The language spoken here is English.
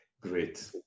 Great